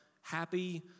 happy